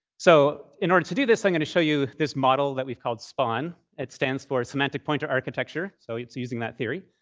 so in order to do this, i'm going to show you this model that we've called spaun. it stands for semantic pointer architecture, so it's using that theory.